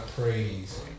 praise